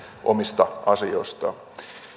omista asioistaan